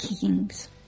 kings